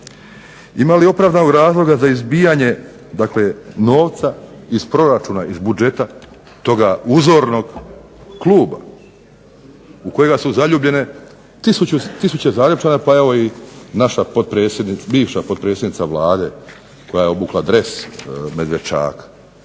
Ima li opravdanog razloga za izbijanje novca iz proračuna iz budžete tog uzornog klub u kojega su zaljubljene tisuće Zagrepčana pa i naša bivša potpredsjednica Vlade koja je obukla dres Medveščaka.